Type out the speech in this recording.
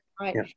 right